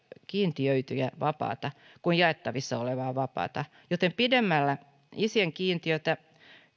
kiintiöityjä vapaita kuin jaettavissa olevia vapaita joten pidentämällä isien kiintiötä